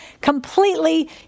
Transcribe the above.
completely